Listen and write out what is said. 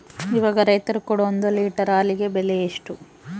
ಇವಾಗ ರೈತರು ಕೊಡೊ ಒಂದು ಲೇಟರ್ ಹಾಲಿಗೆ ಬೆಲೆ ಎಷ್ಟು?